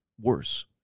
worse